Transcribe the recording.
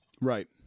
right